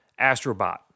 astrobot